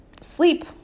sleep